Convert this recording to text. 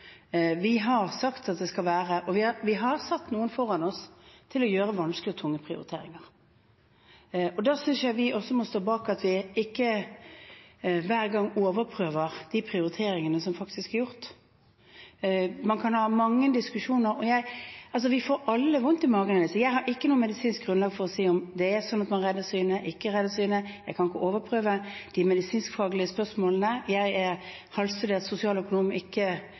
det Stortinget har lagt til grunn. Vi har satt noen foran oss til å gjøre vanskelige og tunge prioriteringer, og da synes jeg vi også må stå bak at vi ikke hver gang overprøver de prioriteringene som faktisk er gjort. Vi kan ha mange diskusjoner om dette, og vi får alle vondt i magen av dette. Jeg har ikke noe medisinsk grunnlag for å si om det er slik at man kan redde synet eller ikke. Jeg kan ikke overprøve de medisinskfaglige spørsmålene. Jeg har studert sosialøkonomi, ikke